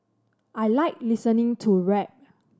I like listening to rap